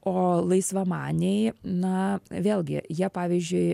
o laisvamaniai na vėlgi jie pavyzdžiui